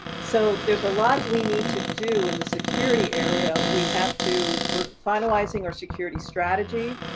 so there's a lot we need to do in the security area, we have to, we're finalizing our security strategy.